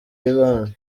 bihano